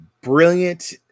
Brilliant